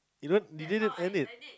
you don't you didn't end it